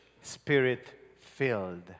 spirit-filled